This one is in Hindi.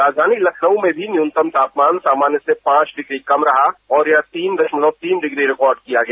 राजधानी लखनऊ में भी न्यूनतम तापमान सामान्य से पांच डिग्री कम रहा और यह तीन दशमलव तीन डिग्री रिकॉर्ड किया गया